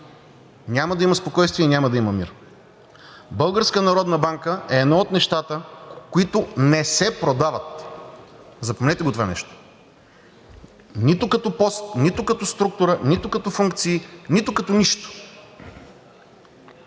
няма да има спокойствие и няма да има мир. Българската народна банка е едно от нещата, които не се продават! Запомнете го това нещо! Нито като пост, нито като структура, нито като функции, нито като нищо.